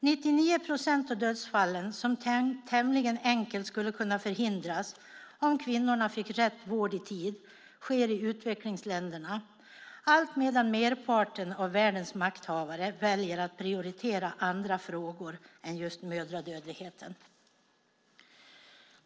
99 procent av dödsfallen, som tämligen enkelt skulle kunna förhindras om kvinnorna fick rätt vård i tid, sker i utvecklingsländerna, alltmedan merparten av världens makthavare väljer att prioritera andra frågor än just mödradödligheten.